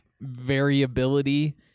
variability